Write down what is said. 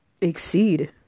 exceed